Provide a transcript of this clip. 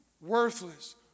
Worthless